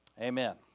Amen